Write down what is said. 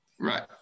Right